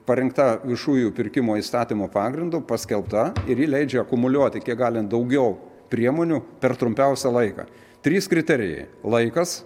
parengta viešųjų pirkimų įstatymo pagrindu paskelbta ir ji leidžia akumuliuoti kiek galint daugiau priemonių per trumpiausią laiką trys kriterijai laikas